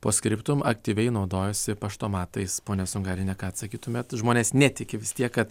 po scriptum aktyviai naudojasi pašto matais ponia sungailiene ką atsakytumėte žmonės netiki vis tiek kad